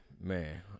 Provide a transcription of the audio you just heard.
Man